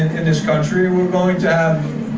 in this country, we're going to have,